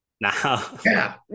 Now